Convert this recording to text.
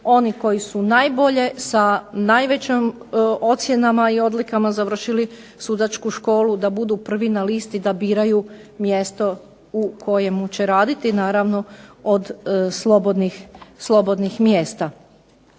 oni koji su najbolje sa najvećim ocjenama i odlikama završili sudačku školu da budu prvi na listi da biraju mjesto u kojemu će raditi od naravno slobodnih mjesta.